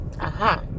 Aha